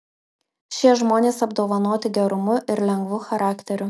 šie žmonės apdovanoti gerumu ir lengvu charakteriu